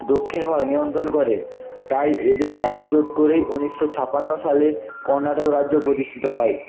দক্ষিণ ভাগ নিয়ন্ত্রণ করে তাই এদের এক জোট করেই উনিশশো ছাপান্ন সালে কর্ণাটক রাজ্য প্রতিষ্ঠিত হয়